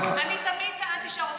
אני תמיד טענתי שהרופאים,